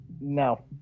No